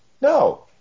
No